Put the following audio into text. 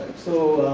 so,